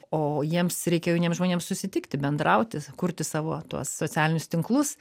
o jiems reikia jauniems žmonėms susitikti bendrauti kurti savo tuos socialinius tinklus